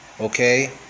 Okay